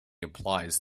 applies